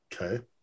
Okay